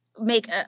make